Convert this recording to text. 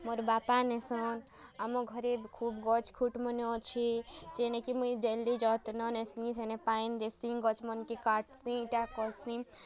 ମୋର୍ ବାପା ନେସନ୍ ଆମର୍ ଘରେ ଖୋବ୍ ଗଛ୍ ଖୁଟ୍ ମାନେ ଅଛେ ଯେନେ କି ମୁଇଁ ଡ଼େଲି ଯତ୍ନ ନେସିଁ ସେନେ ପାଏନ୍ ଦେସିଁ ଗଛ୍ ମାନ୍କେ କାଟ୍ସିଁ ଇ'ଟା କର୍ସିଁ